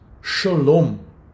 Shalom